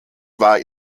war